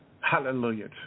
Hallelujah